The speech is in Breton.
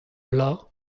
bloaz